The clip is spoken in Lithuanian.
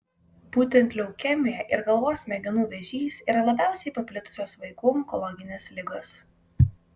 būtent leukemija ir galvos smegenų vėžys yra labiausiai paplitusios vaikų onkologinės ligos